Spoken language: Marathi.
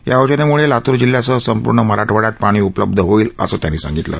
या योजनेमुळे लात्र जिल्ह्यासह संपूर्ण मराठवाड़यात पाणी उपलब्ध होईल असं त्यांनी सांगितलं